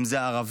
אם זה ערבי,